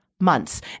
Months